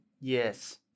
Yes